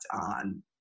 on